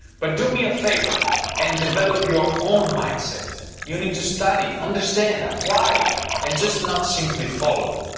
but, do me a favor and develop your own mindset. you need to study, understand, apply and just not simply follow.